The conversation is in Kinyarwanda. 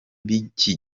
b’iki